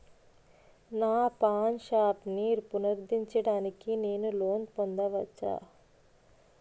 నా పాన్ షాప్ని పునరుద్ధరించడానికి నేను లోన్ పొందవచ్చా?